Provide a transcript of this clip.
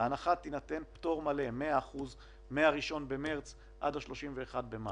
שההנחה היא שיינתן פטור מלא של מאה אחוז מ- 1 במרץ עד 31 במאי.